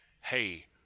hey